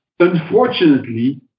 Unfortunately